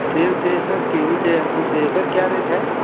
सेब चाहिए sir kiwi चाहिए अंगूर चाहिए सर क्या रेट है